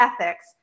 ethics